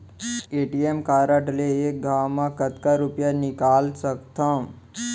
ATM card ले एक घव म कतका रुपिया निकाल सकथव?